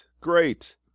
great